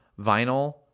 vinyl